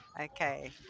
Okay